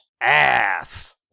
Ass